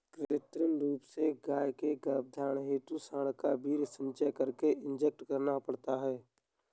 कृत्रिम रूप से गायों के गर्भधारण हेतु साँडों का वीर्य संचय करके इंजेक्ट करना पड़ता है